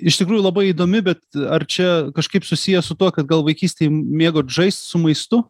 iš tikrųjų labai įdomi bet ar čia kažkaip susiję su tuo kad gal vaikystėj mėgot žaist su maistu